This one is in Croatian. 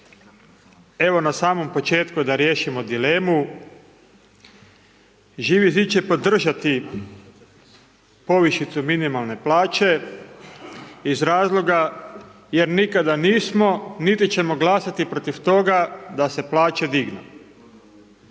Evo na samom početku da riješimo dilemu, Živi zid će podržati povišicu minimalne plaće iz razloga jer nikada nismo niti ćemo glasati protiv toga da se plaće dignu.